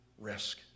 risk